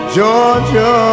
Georgia